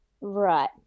Right